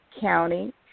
county